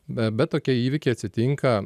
be bet tokie įvykiai atsitinka